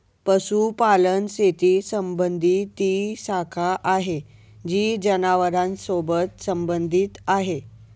पशुपालन शेती संबंधी ती शाखा आहे जी जनावरांसोबत संबंधित आहे